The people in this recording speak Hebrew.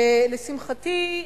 ולשמחתי,